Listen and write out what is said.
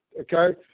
Okay